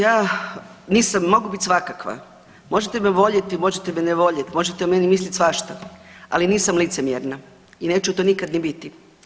Ja nisam, mogu biti svakakva, možete me voljeti, možete ne voljeti, možete o meni misliti svašta, ali nisam licemjerna i neću to nikad ni biti.